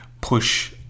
push